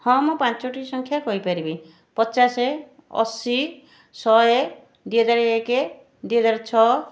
ହଁ ମୁଁ ପାଞ୍ଚଟି ସଂଖ୍ୟା କହିପାରିବି ପଚାଶ ଅଶୀ ଶହେ ଦୁଇ ହଜାର ଏକ ଦୁଇ ହଜାର ଛଅ